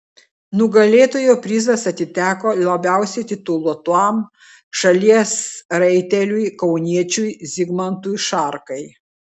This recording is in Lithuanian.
nugalėtojo prizas atiteko labiausiai tituluotam šalies raiteliui kauniečiui zigmantui šarkai